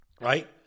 right